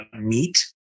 meat